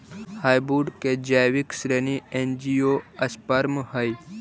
hardwood के जैविक श्रेणी एंजियोस्पर्म हइ